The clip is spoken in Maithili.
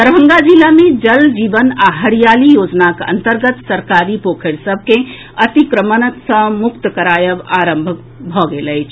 दरभंगा जिला मे जल जीवन आ हरियाली योजनाक अंतर्गत सरकारी पोखरि सभ के अतिक्रमण सॅ मुक्त करायब आरंभ भऽ गेल अछि